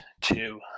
two